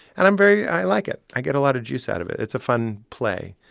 and i'm very i like it. i get a lot of juice out of it. it's a fun play.